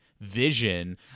vision